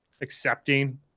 accepting